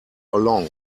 along